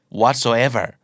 whatsoever